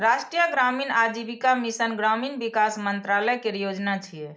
राष्ट्रीय ग्रामीण आजीविका मिशन ग्रामीण विकास मंत्रालय केर योजना छियै